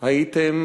הייתם